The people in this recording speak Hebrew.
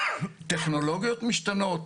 טכנולוגיות משתנות.